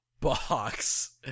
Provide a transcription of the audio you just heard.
box